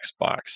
Xbox